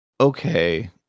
okay